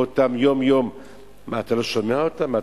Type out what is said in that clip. אנחנו שומעים אותם יום-יום.